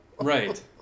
right